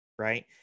right